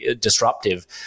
disruptive